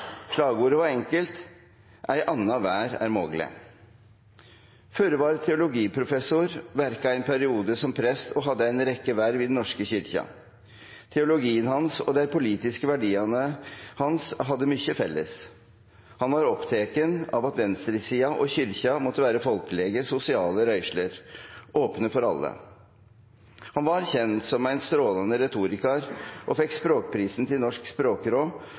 Slagordet var enkelt: Ei anna verd er mogleg. Furre var teologiprofessor, verka ein periode som prest og hadde ei rekkje verv i Den norske kyrkja. Teologien hans og dei politiske verdiane hans hadde mykje felles. Han var oppteken av at venstresida og Kyrkja måtte vere folkelege, sosiale rørsler – opne for alle. Han var kjend som ein strålande retorikar, og fekk språkprisen til Norsk språkråd